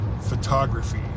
photography